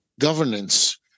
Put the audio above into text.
Governance